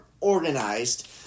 organized